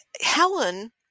Helen